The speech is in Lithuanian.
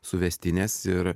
suvestinės ir